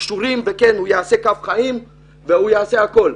קשורים והוא יעשה קו חיים ויעשה הכול,